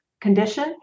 condition